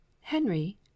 Henry